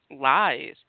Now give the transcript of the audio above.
Lies